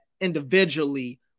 individually